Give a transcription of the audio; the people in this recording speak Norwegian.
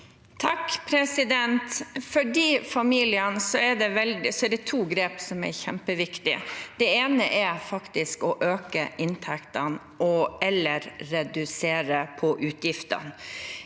(A) For de familiene er det to grep som er kjempeviktige. Det ene er faktisk å øke inntektene og/eller redusere utgiftene.